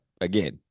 again